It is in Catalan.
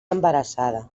embarassada